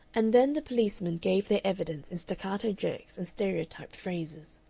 and then the policemen gave their evidence in staccato jerks and stereotyped phrases.